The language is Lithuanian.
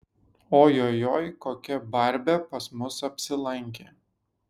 ojojoi kokia barbė pas mus apsilankė